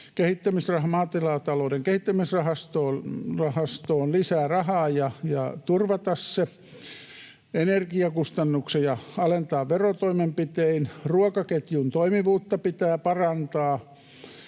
Maatilatalouden Kehittämisrahastoon lisätä rahaa ja turvata se, energiakustannuksia alentaa verotoimenpitein. Ruokaketjun toimivuutta pitää parantaa,